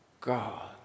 God